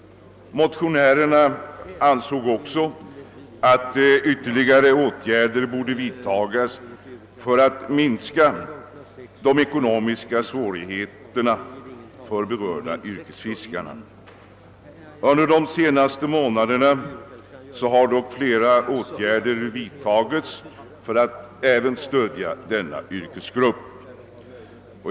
Motionärerna ansåg också att ytterligare åtgärder borde vidtagas för att minska de ekonomiska svårigheterna för berörda yrkesfiskare. Under de senaste månaderna har dock flera åtgärder vidtagits för att även stödja denna yrkesgrupp.